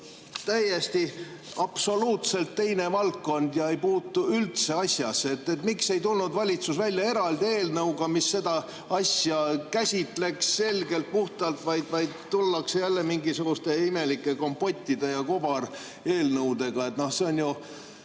täiesti teine valdkond ega puutu üldse asjasse. Miks ei tulnud valitsus välja eraldi eelnõuga, mis seda asja käsitleks selgelt, puhtalt, vaid tullakse jälle mingisuguste imelike kompottide ja kobareelnõudega? See on ju